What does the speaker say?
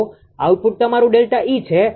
તો આઉટપુટ તમારું ΔE છે